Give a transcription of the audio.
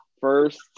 first